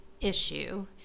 issue